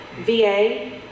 VA